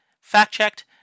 fact-checked